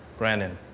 brannon.